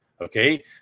Okay